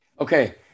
Okay